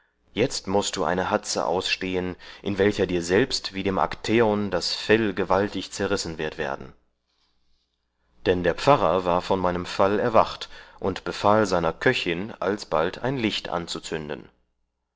jetzt mußt du eine hatze ausstehen in welcher dir selbst wie dem aktäon das fell gewaltig zerrissen wird werden dann der pfarrer war von meinem fall erwacht und befahl seiner köchin alsbald ein liecht anzuzünden